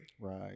Right